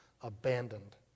abandoned